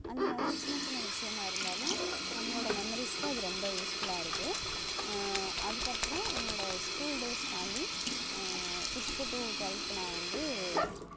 அந்த மாதிரி சின்னச் சின்ன விஷயமா இருந்தாலும் நம்மளோடய மெமரிஸ்க்கு அது ரொம்ப யூஸ்ஃபுல்லாக இருக்குது அதுக்கப்றம் என்னோடய ஸ்கூல் டேஸ் தாண்டி சிக்ஸ்த்து டு ட்வெல்த்து நான் வந்து